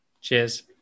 Cheers